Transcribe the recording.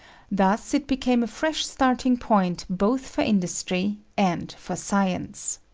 thus it became a fresh starting point both for industry and for science.